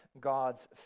God's